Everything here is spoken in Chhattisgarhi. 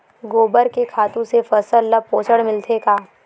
गोबर के खातु से फसल ल पोषण मिलथे का?